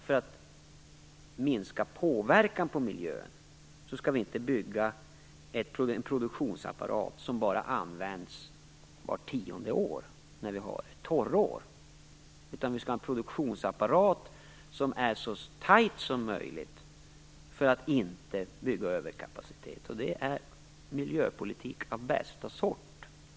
För att minska påverkan på miljön skall vi däremot inte bygga en produktionsapparat som bara används vart tionde år när vi har torrår, utan vi skall ha en produktionsapparat som är så tajt som möjligt för att inte bygga överkapacitet. Det är miljöpolitik av bästa sort.